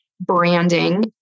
branding